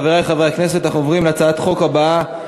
חברי חברי הכנסת, אנחנו עוברים להצעת החוק הבאה,